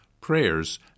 prayers